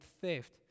theft